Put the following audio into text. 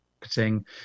marketing